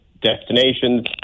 destinations